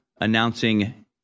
announcing